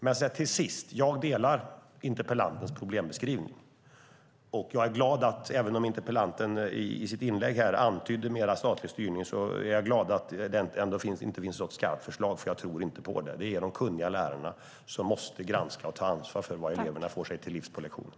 Jag håller med om interpellantens problembeskrivning. Även om interpellanten i sitt inlägg antydde en mer statlig styrning är jag glad att det inte finns något skarpt förslag om det, för jag tror inte på det. Det är de kunniga lärarna som måste granska och ta ansvar för vad eleverna får sig till livs på lektionerna.